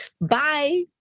Bye